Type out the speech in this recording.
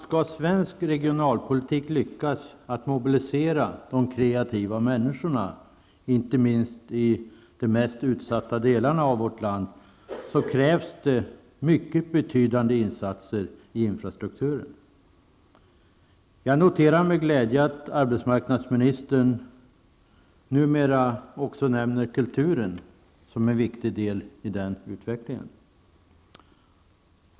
Skall svensk regionalpolitik lyckas att mobilisera de kreativa människorna, inte minst i de mest utsatta delarna av vårt land, så krävs betydande insatser i infrastrukturen. Jag noterar med glädje att arbetsmarknadsministern numera också nämner kulturen som en viktig del i den utvecklingen.